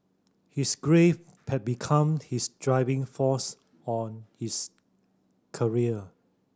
his grief had become his driving force on his career